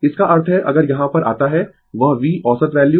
Refer Slide Time 1739 इसका अर्थ है अगर यहाँ पर आता है वह V औसत वैल्यू